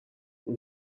اون